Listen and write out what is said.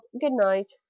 good-night